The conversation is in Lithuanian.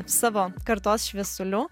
savo kartos šviesulių